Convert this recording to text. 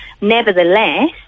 Nevertheless